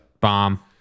Bomb